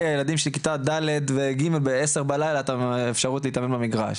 הילדים של בית הספר היסודי את ההזדמנות להתאמן במגרש.